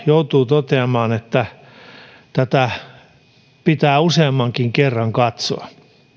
joutuu toteamaan että tätä pitää useammankin kerran katsoa